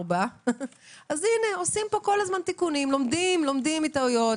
4. הנה, לומדים מטעויות.